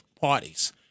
parties